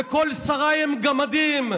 וכל שריי הם גמדים,